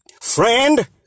friend